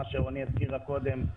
מה שרני נויבואר הזכירה קודם,